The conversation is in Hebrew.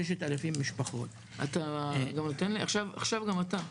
6,000 משפחות --- עכשיו גם אתה,